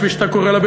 כפי שאתה קורא לה.